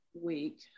week